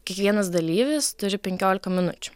kiekvienas dalyvis turi penkiolika minučių